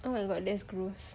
oh my god that's gross